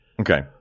Okay